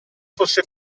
fosse